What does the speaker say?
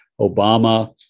Obama